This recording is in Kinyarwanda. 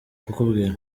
kukubwira